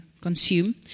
consume